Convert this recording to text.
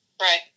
Right